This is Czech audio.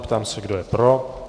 Ptám se, kdo je pro.